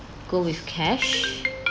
go with cash